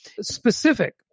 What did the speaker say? Specific